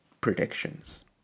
predictions